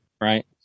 right